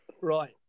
Right